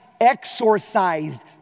exorcised